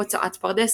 הוצאת פרדס,